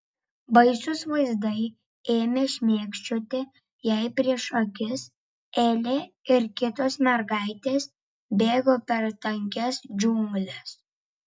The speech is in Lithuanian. baisūs vaizdai ėmė šmėkščioti jai prieš akis elė ir kitos mergaitės bėgo per tankias džiungles